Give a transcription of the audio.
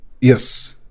yes